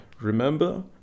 remember